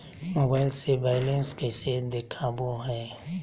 Mobile से balance कैसे देखाबो है?